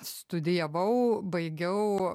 studijavau baigiau